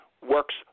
works